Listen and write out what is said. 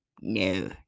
No